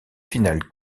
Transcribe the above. finale